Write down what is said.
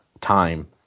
time